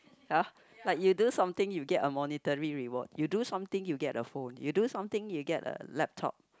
ya like you do something you get a monetary reward you do something you get a phone you do something you get a laptop